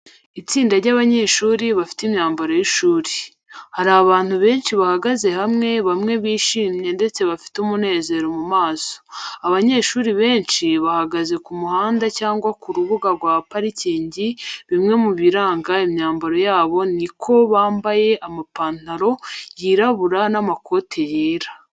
Itsinda ry'abanyeshuri bafite imyambaro y'ishuri. Hari abantu benshi bahagaze hamwe bamwe bishimye ndetse bafite umunezero mu maso. Abanyeshuri benshi bahagaze ku muhanda cyangwa ku rubuga rwa parikingi bimwe mu biranga imyambaro yabo ni ko bambaye amapantaro yirabura n’amakoti yera.